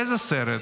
באיזה סרט?